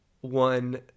one